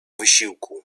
wysiłku